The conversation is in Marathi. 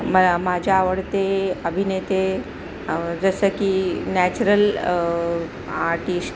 म माझ्या आवडते अभिनेते जसं की नॅचरल आर्टिश